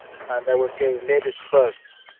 and i will say ladies first,